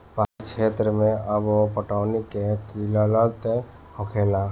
पहाड़ी क्षेत्र मे अब्बो पटौनी के किल्लत होखेला